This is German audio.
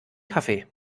kaffee